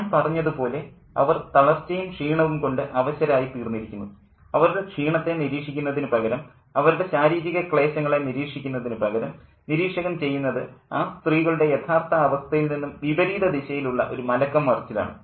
ഞാൻ പറഞ്ഞതുപോലെ അവർ തളർച്ചയും ക്ഷീണവും കൊണ്ട് അവശരായി തീർന്നിരിക്കുന്നു അവരുടെ ക്ഷീണത്തെ നിരീക്ഷിക്കുന്നതിനുപകരം അവരുടെ ശാരീരിക ക്ലേശങ്ങളെ നിരീക്ഷിക്കുന്നതിനുപകരം നിരീക്ഷകൻ ചെയ്യുന്നത് ആ സ്ത്രീകളുടെ യഥാർത്ഥ അവസ്ഥയിൽ നിന്നും വിപരീതദിശയിലുള്ള ഒരു മലക്കം മറിച്ചിലാണ്